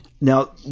Now